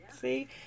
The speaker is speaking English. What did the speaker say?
See